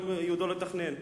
לא ייעודו לתכנן.